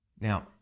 Now